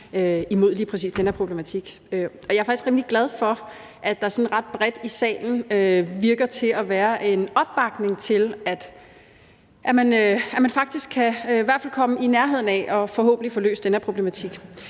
imod lige præcis den her problematik. Og jeg er faktisk rimelig glad for, at der sådan ret bredt i salen virker til at være en opbakning til, at man faktisk i hvert fald kan komme i nærheden af forhåbentlig at få løst den her problematik.